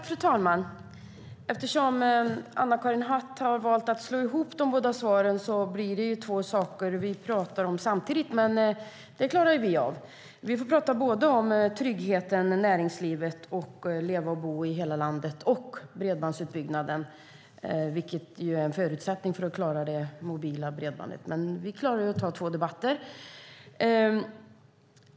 Fru talman! Eftersom Anna-Karin Hatt har valt att slå ihop de båda svaren blir det två saker vi pratar om samtidigt, men det klarar vi av. Vi får prata om tryggheten och näringslivet och att leva och bo i hela landet och bredbandsutbyggnaden, vilket är en förutsättning för att klara det mobila bredband, samtidigt, men vi klarar att ta två debatter.